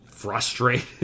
frustrated